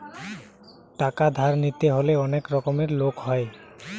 টাকা ধার নিতে হলে অনেক রকমের লোক হয়